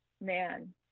man